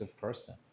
person